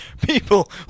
people